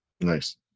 Nice